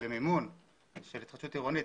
למימון של התחדשות עירונית,